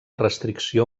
restricció